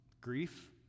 Grief